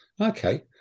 Okay